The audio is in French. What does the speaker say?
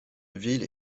ville